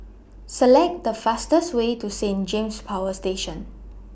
Select The fastest Way to Saint James Power Station